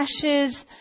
ashes